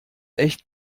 echt